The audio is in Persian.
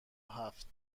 هفت